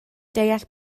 deall